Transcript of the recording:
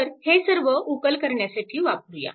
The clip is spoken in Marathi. तर हे सर्व उकल करण्यासाठी वापरूया